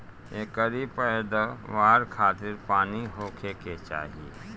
एकरी पैदवार खातिर पानी होखे के चाही